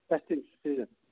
festive season